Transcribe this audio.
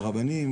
לרבנים,